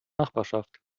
nachbarschaft